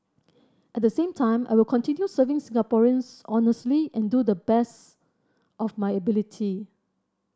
at the same time I will continue serving Singaporeans honestly and to the best of my ability